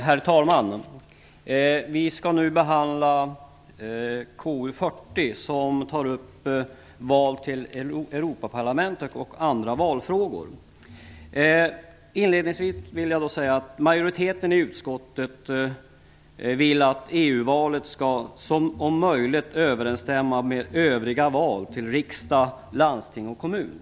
Herr talman! Vi skall nu behandla KU40, där val till Europaparlamentet och andra valfrågor tas upp. Inledningsvis vill jag säga att majoriteten i utskottet vill att EU-valet om möjligt skall överensstämma med övriga val till riksdag, landsting och kommun.